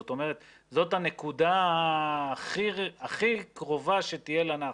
זאת אומרת, זאת הנקודה הכי קרובה שתהיה לנחל.